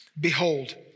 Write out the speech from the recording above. behold